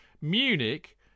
Munich